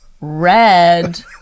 Red